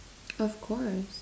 of course